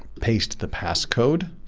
paste the past code.